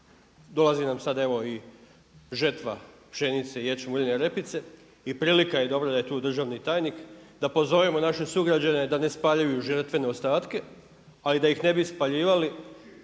Dolazi nam sada evo i žetva pšenice, ječma i uljene repice i prilika je, dobro da je tu državni tajnik da pozovemo naše sugrađane da ne spaljuju žetvene ostatke ali da ih ne bi spaljivali